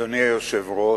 אדוני היושב-ראש,